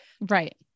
right